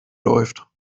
läuft